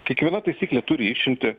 kiekviena taisyklė turi išimtį